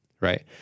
right